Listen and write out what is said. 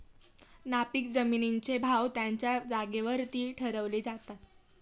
नापीक जमिनींचे भाव त्यांच्या जागेवरती ठरवले जातात